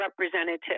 representative